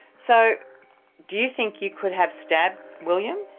so do you think you could have stabbed william?